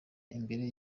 imbere